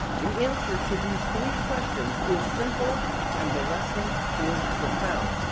the answer to these three questions is simple and the lesson is profound.